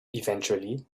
eventually